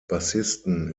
bassisten